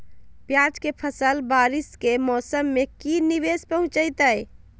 प्याज के फसल बारिस के मौसम में की निवेस पहुचैताई?